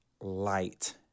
light